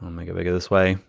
make it bigger this way.